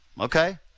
Okay